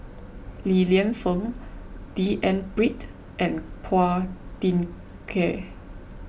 Li Lienfung D N Pritt and Phua Thin Kiay